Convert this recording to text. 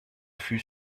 fut